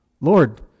Lord